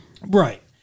Right